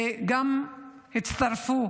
שהצטרפו